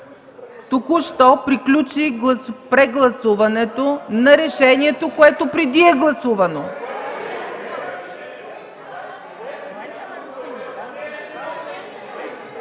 Току-що приключи прегласуването на решението, което преди е гласувано.